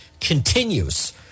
continues